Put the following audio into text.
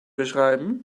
beschreiben